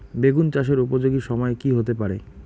বেগুন চাষের উপযোগী সময় কি হতে পারে?